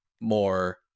more